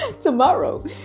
tomorrow